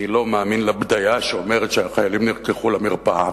אני לא מאמין לבדיה שאומרת שהחיילים נלקחו למרפאה,